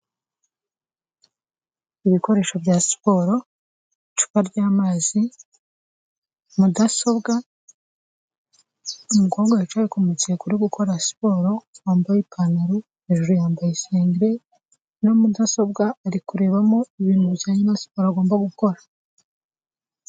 Ibikoresho bya siporo, icupa ry'amazi, mudasobwa umukobwa wicaye ku mukeka uri gukora siporo wambaye ipantaro, hejuru yambaye isengeri, na mudasobwa ari kurebamo ibintu bijyanye na siporo agomba gukora.